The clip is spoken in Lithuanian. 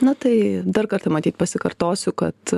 na tai dar kartą matyt pasikartosiu kad